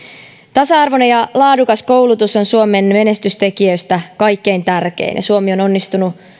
tasa arvoinen ja laadukas koulutus on suomen menestystekijöistä kaikkein tärkein ja suomi on onnistunut